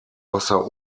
wasser